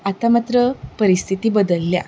आतां मात्र परिस्थिती बदल्ल्या